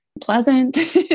pleasant